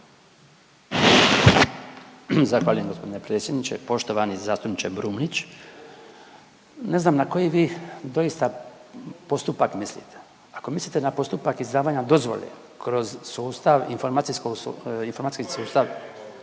Zahvaljujem g. predsjedniče. Poštovani zastupniče Brumnić. Ne znam na koji vi doista postupak mislite. Ako mislite na postupak izdavanja dozvole kroz sustav informacijski sustav